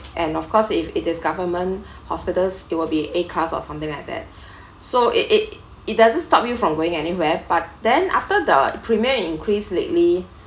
and of course if it is government hospitals it will be A class or something like that so it it it doesn't stop you from going anywhere but then after the premier increased lately